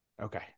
okay